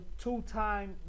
two-time